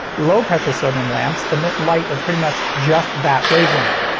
low pressure sodium lamps emit light of pretty much just that wavelength.